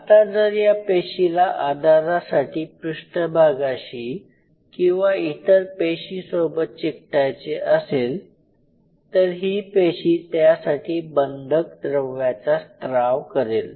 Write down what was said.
आता जर या पेशीला आधारासाठी पृष्ठभागाशी किंवा इतर पेशीसोबत चिकटायचे आहे तर ही पेशी त्यासाठी बंधक द्रव्याचा स्त्राव करेल